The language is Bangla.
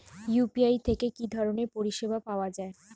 ইউ.পি.আই থেকে কি ধরণের পরিষেবা পাওয়া য়ায়?